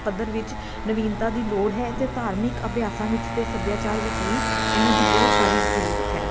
ਪੱਧਰ ਵਿੱਚ ਨਵੀਨਤਾ ਦੀ ਲੋੜ ਹੈ ਅਤੇ ਧਾਰਮਿਕ ਅਭਿਆਸਾਂ ਵਿੱਚ ਅਤੇ ਸੱਭਿਆਚਾਰ ਵਿੱਚ ਵੀ ਇਹਨਾਂ ਦੀ ਬਹੁਤ ਸਾਰੀ ਜ਼ਰੂਰਤ ਹੈ